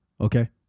okay